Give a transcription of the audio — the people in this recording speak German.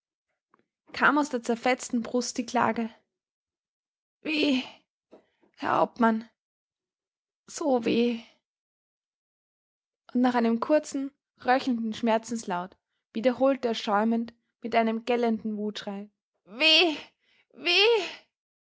kam aus der zerfetzten brust die klage weh herr hauptmann so weh und nach einem kurzen röchelnden schmerzenslaut wiederholte er schäumend mit einem gellenden wutschrei weh weh